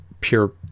pure